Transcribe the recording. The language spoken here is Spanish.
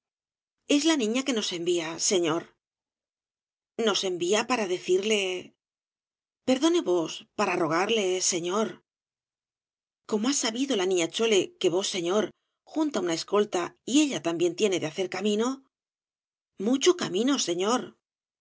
es la niña que nos envía señor nos envía para decirle perdone vos para rogarle señor como ha sabido la niña que vos señor junta una escolta y ella también tiene de hacer camino mucho camino señor